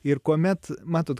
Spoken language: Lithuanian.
ir kuomet matot